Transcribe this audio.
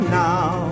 now